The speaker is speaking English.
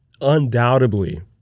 undoubtedly